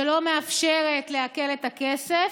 שלא מאפשרת לעקל את הכסף,